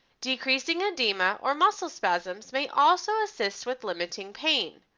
decreasing edema or muscle spasms may also assist with limiting pain.